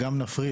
בנוסף,